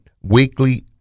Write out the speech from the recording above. weekly